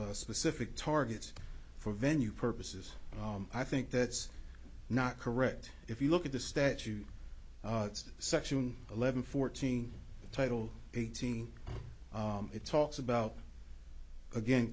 out specific targets for venue purposes i think that's not correct if you look at the statute it's section eleven fourteen title eighteen it talks about again